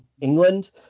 England